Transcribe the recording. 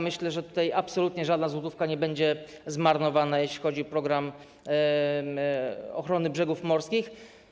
Myślę, że absolutnie żadna złotówka nie będzie zmarnowana, jeśli chodzi o „Program ochrony brzegów morskich”